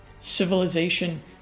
civilization